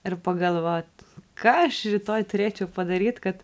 ir pagalvot ką aš rytoj turėčiau padaryt kad